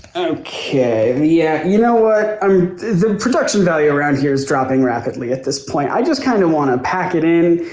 okay, yeah, you know what? um the production value around here is dropping rapidly at this point. i just kinda wanna pack it in,